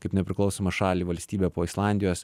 kaip nepriklausomą šalį valstybė po islandijos